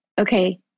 okay